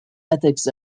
ethics